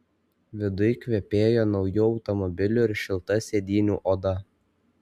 viduj kvepėjo nauju automobiliu ir šilta sėdynių oda